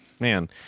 man